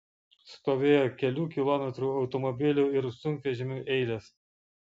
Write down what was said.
stovėjo kelių kilometrų automobilių ir sunkvežimių eilės